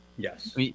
Yes